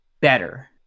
better